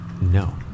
No